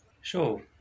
Sure